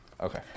Okay